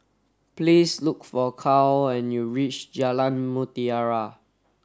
please look for Kyle when you reach Jalan Mutiara